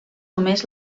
només